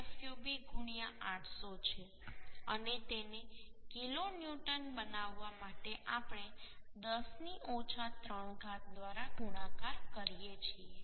7 fub 800 છે અને તેને કિલો ન્યૂટન બનાવવા માટે આપણે 10 ની ઓછા 3 ઘાત દ્વારા ગુણાકાર કરીએ છીએ